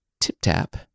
Tip-tap